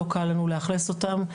לא קל לנו לאכלס אותן,